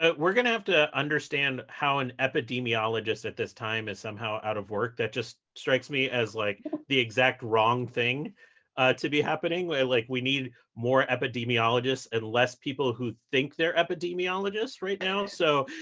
we're going to have to understand how an epidemiologist at this time is somehow out of work. that just strikes me as like the exact wrong thing to be happening. like we need more epidemiologists and less people who think they're epidemiologists right now. so,